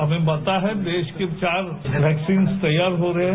हमें पता है देश के चार वैक्सीन से तैयार हो रहे हैं